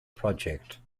project